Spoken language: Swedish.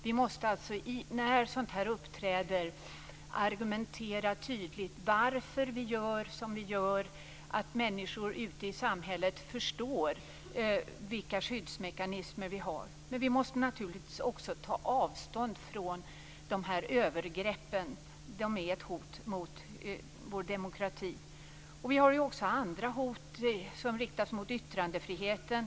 Vi måste alltså när sådant här uppträder argumentera tydligt för varför vi gör som vi gör, så att människor ute i samhället förstår vilka skyddsmekanismer vi har. Men vi måste naturligtvis också ta avstånd från de här övergreppen. De är ett hot mot vår demokrati. Vi har också andra hot, sådana som riktas mot yttrandefriheten.